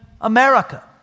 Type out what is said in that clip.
America